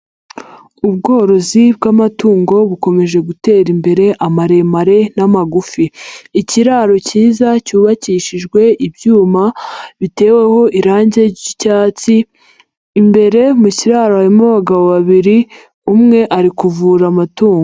Ubworozi bw'amatungo bukomeje gutera imbere, amaremare n'amagufi. Ikiraro cyiza cyubakishijwe ibyuma, biteweho irangi ry'icyatsi, imbere mu kiraro harimo abagabo babiri, umwe ari kuvura amatungo.